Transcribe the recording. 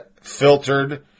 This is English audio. filtered